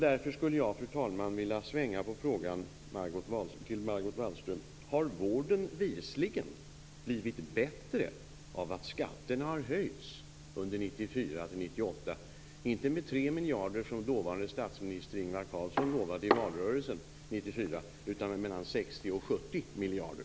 Därför skulle jag, fru talman, vilja svänga på frågan till Margot Wallström: Har vården bevisligen blivit bättre av att skatterna har höjts under 1994-98 - inte med 3 miljarder som dåvarande statsministern Ingvar Carlsson lovade i valrörelsen 1994 utan med mellan 60 och 70 miljarder?